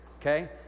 okay